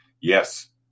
Yes